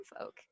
folk